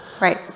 right